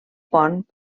pont